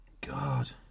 God